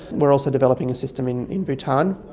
we are also developing a system in in bhutan.